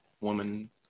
woman